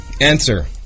Answer